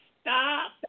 stop